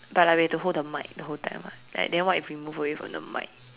but like we have to hold the mic the whole time [what] then then what if we move away from the mic